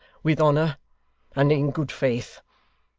with honour and in good faith.